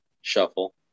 Shuffle